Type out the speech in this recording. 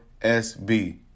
SB